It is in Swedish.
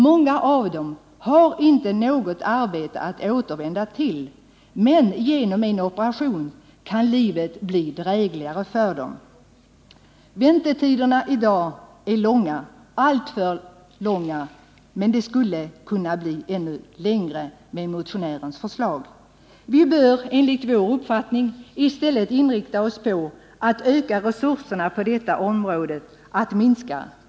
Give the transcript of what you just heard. Många av dem har inget arbete att återvända till, men genom en operation kan livet bli drägligare för dem. Väntetiderna är i dag långa, alltför långa. Men de skulle bli ännu längre med motionärens förslag. Vi bör enligt socialdemokratisk uppfattning i stället inrikta oss på att öka resurserna på detta område.